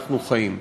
שאנחנו חיים בה.